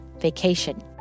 vacation